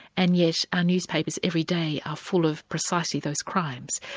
and yet our newspapers every day are full of precisely those crimes.